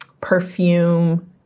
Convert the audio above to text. perfume